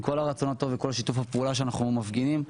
עם כל הרצון הטוב וכל שיתוף הפעולה שאנחנו מפגינים,